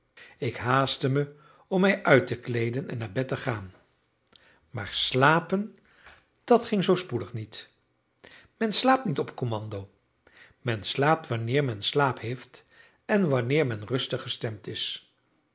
ik haastte me om mij uit te kleeden en naar bed te gaan maar slapen dat ging zoo spoedig niet men slaapt niet op kommando men slaapt wanneer men slaap heeft en wanneer men rustig gestemd is